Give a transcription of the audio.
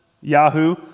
Yahoo